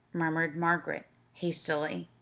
murmured margaret hastily.